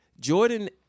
Jordan